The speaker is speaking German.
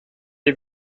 die